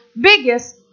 biggest